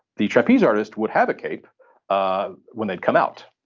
the trapeze artist would have a cape ah when they'd come out,